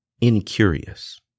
incurious